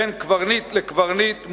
בין קברניט לקברניט,